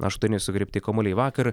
aštuoni sugriebti kamuoliai vakar